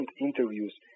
interviews